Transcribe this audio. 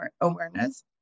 awareness